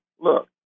Look